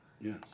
Yes